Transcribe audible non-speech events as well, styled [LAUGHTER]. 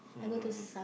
[LAUGHS]